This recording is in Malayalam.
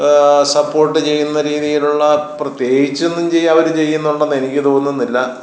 സപ്പോർട്ട് ചെയ്യുന്ന രീതിയിലുള്ള പ്രത്യേകിച്ചൊന്നും അവര് ചെയ്യുന്നുണ്ടെന്ന് എനിക്ക് തോന്നുന്നില്ല